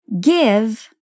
Give